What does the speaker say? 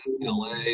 LA